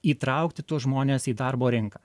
įtraukti tuos žmones į darbo rinką